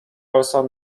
also